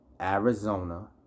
Arizona